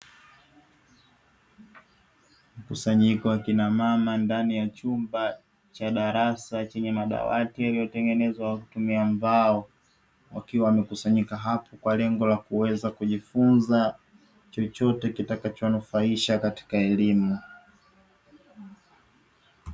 Mkusanyiko wakina mama ndani ya chumba cha darasa chenye madawati yaliyotengenezwa kwa kutumia mbao, wakiwa wamekusanyika hapo kwa lengo la kuweza kujifunza chochote kitakacho wanufaisha katika elimu.